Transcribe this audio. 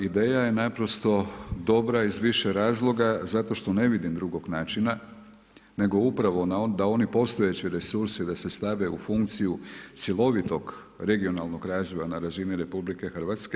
Ideja je naprosto dobra iz više razloga zato što ne vidim drugog načina nego upravo da oni postojeći resursi da se stave u funkciju cjelovitog regionalnog razvoja na razini RH.